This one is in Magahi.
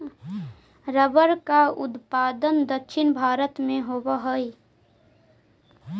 रबर का उत्पादन दक्षिण भारत में होवअ हई